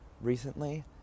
recently